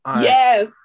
Yes